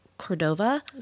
Cordova